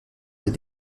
les